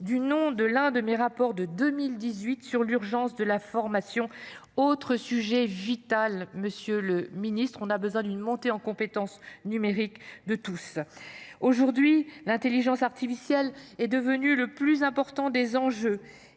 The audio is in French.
le titre d’un de mes rapports de 2018 sur l’urgence de la formation, autre sujet vital. En effet, monsieur le ministre, nous avons besoin d’une montée en compétences numériques de tous. Aujourd’hui, l’intelligence artificielle est devenue le plus important des enjeux.